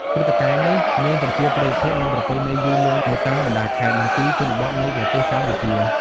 ព្រឹត្តិការណ៍នេះមានប្រជាប្រិយភាព និងប្រពៃណីយូរលង់នៅតាមបណ្តាខេត្ត និងទីជនបទនៃប្រទេសកម្ពុជា។